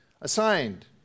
assigned